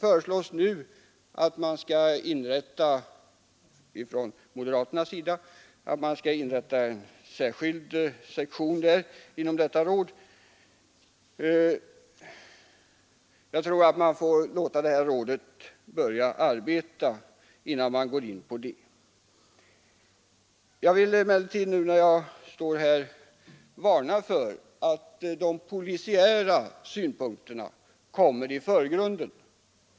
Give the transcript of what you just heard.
Moderaterna föreslår nu att man skall inrätta en särskild narkotikasektion inom detta råd, men jag tror att man får låta rådet börja arbeta innan man går in på den saken. Jag vill emellertid nu, när jag står här, varna för att de polisiära synpunkterna kommer i förgrunden.